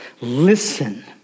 Listen